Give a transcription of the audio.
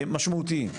משמעותיים.